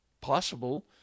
possible